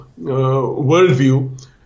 worldview